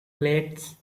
cleats